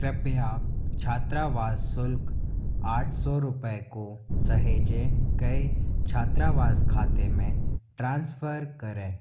कृपया छात्रावास शुल्क आठ सौ रुपये को सहेजे गए छात्रावास खाते में ट्रांसफ़र करें